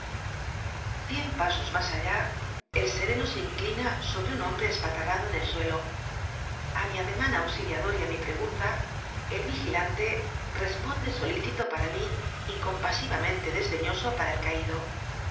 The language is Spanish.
cien pasos más allá el sereno se inclina s o bre un hombre espatarrado en el suelo a mi ademán auxiliador y á mi pregunta el vigilante responde solícito para mí y compasivamente desdeñoso para el caído